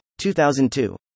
2002